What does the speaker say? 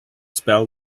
spell